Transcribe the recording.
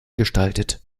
gestaltet